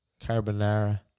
carbonara